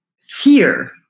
fear